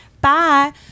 bye